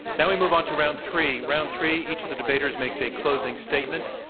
now we move on to round three. round three, each of the debaters makes a closing statement.